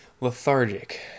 lethargic